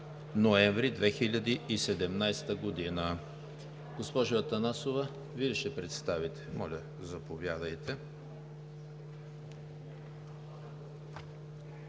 ноември 2017 г. Госпожо Атанасова, Вие ли ще представите? Моля, заповядайте.